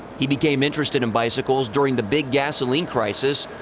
he became interested in bicycles during the big gasoline crisis,